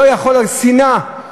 שנאה,